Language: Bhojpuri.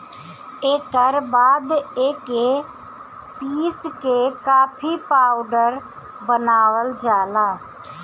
एकर बाद एके पीस के कॉफ़ी पाउडर बनावल जाला